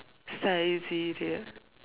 Saizeriya